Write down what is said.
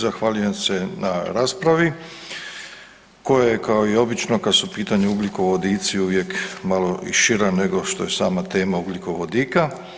Zahvaljujem se na raspravi koja je kao i obično kad su u pitanju ugljikovodici uvijek i malo šire nego što je sama tema ugljikovodika.